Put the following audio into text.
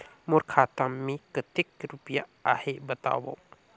मोर खाता मे कतेक रुपिया आहे बताव?